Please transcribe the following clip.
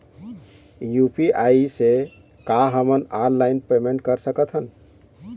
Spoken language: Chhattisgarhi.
यू.पी.आई से का हमन ऑनलाइन पेमेंट कर सकत हन?